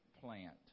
plant